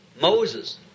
Moses